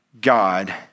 God